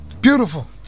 Beautiful